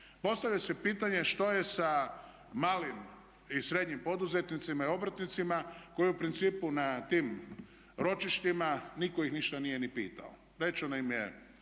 Postavlja se pitanje što je sa malim i srednjim poduzetnicima i obrtnicima koji u principu na tim ročištima niko ih ništa nije ni pitao.